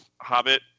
Hobbit